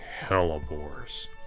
hellebores